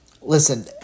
Listen